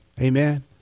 Amen